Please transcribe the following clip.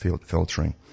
filtering